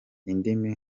indimi